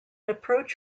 approach